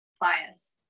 bias